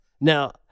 Now